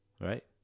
right